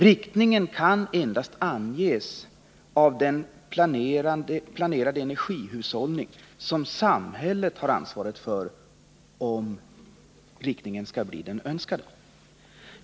Riktningen kan endast anges av den planerade energihushållning som samhället har ansvaret för — om riktningen skall bli den önskade.